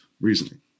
reasoning